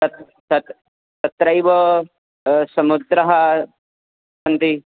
तत् तत् तत्रैव समुद्राः सन्ति